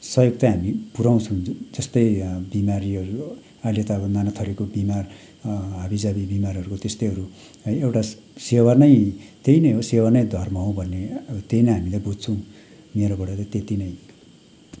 सहयोग चाहिँ हामी पुऱ्याउँछौँ जस्तै बिमारीहरू अहिले त अब नानाथरीको बिमार हाबीजाबी बिमारहरू त्यस्तैहरू है एउटा सेवा नै त्यही नै हो सेवा नै धर्म हो भन्ने त्यही नै हामीले बुझ्छौँ मेरोबाट चाहिँ त्यत्ति नै हो